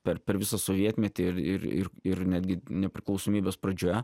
per per visą sovietmetį ir ir ir ir netgi nepriklausomybės pradžioe